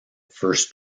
first